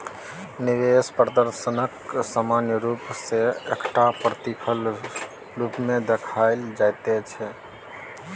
निवेश प्रदर्शनकेँ सामान्य रूप सँ एकटा प्रतिफलक रूपमे देखल जाइत छै